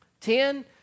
Ten